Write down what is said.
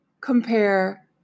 Compare